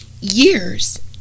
years